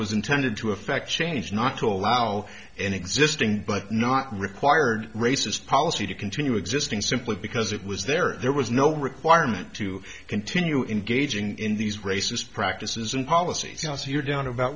was intended to effect change not to allow an existing but not required racist policy to continue existing simply because it was there there was no requirement to continue engaging in these racist practices and policies you're down about